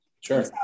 Sure